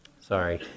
Sorry